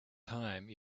time